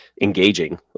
engaging